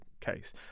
case